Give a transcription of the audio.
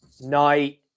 Night